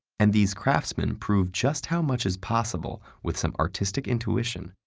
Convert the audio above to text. and these craftsmen prove just how much is possible with some artistic intuition,